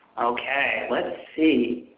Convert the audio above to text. okay, let's see.